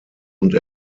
und